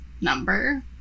number